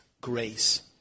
grace